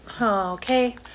okay